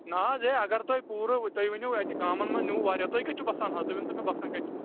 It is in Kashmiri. نہَ حظ ہَے اگر تۅہہِ پوٗرٕ تۅہہِ ؤنِو اَتہِ گامن منٛز نِیِو واریاہ تۅہہِ کتہِ چھِوٕ بسان حظ تُہۍ ؤنۍتَو مےٚ بسان کتہِ چھِوٕ تُہی